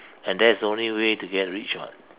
and that's the only way to get rich [what]